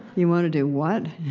you want to do what?